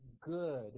good